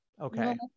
okay